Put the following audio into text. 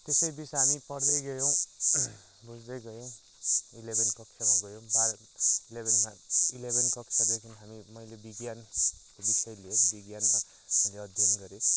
त्यसैबिच हामी पढ्दै गयौँ बुझ्दै गयौँ इलेभेन कक्षामा गयौँ बाह्र इलेभेनमा इलेभेन कक्षादेखि हामी मैले विज्ञानको विषय लिएँ विज्ञानमा मैले अध्ययन गरेँ